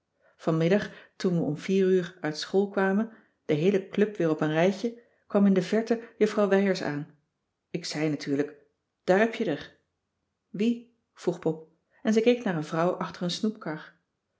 vanmiddag toen we om vier uur uit school kwamen de heele club weer op een rijtje kwam in de verte juffrouw wijers aan ik zei natuurlijk daar heb je d'r wie vroeg pop en ze keek naar een vrouw achter een snoepkar